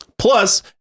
Plus